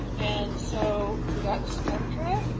and so we got the spectra,